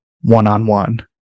one-on-one